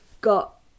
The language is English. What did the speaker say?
got